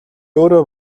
өөрөө